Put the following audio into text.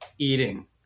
eating